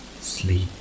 Sleep